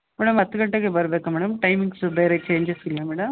madam ಹತ್ತು ಗಂಟೆಗೆ ಬರಬೇಕಾ ಮೇಡಮ್ ಟೈಮಿಂಗ್ಸು ಬೇರೆ ಚೇಂಜಸ್ ಇಲ್ಲ ಮೇಡಮ್